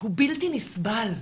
הוא בלתי נסבל,